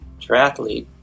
triathlete